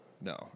No